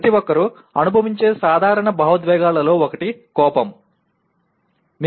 ప్రతి ఒక్కరూ అనుభవించే సాధారణ భావోద్వేగాలలో ఒకటి 'కోపం'